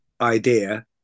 idea